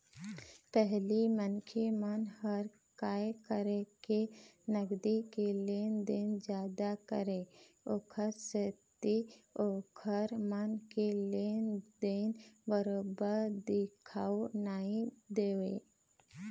पहिली मनखे मन ह काय करय के नगदी के लेन देन जादा करय ओखर सेती ओखर मन के लेन देन बरोबर दिखउ नइ देवय